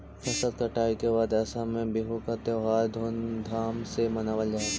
फसल कटाई के बाद असम में बिहू का त्योहार धूमधाम से मनावल जा हई